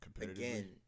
again